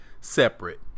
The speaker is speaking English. separate